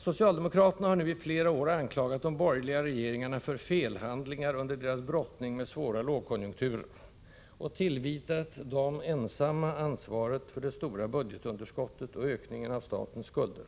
Socialdemokraterna har nu i flera år anklagat de borgerliga regeringarna för felhandlingar under deras brottning med svåra lågkonjunkturer, och tillvitat dem ensamma ansvaret för det stora budgetunderskottet och ökningen av statens skulder.